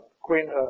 Queen